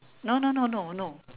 no no no no no